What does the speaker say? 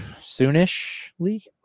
soonishly